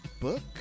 book